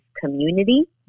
community